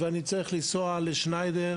אני צריך לנסוע לשניידר